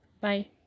Bye